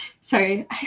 sorry